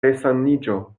resaniĝo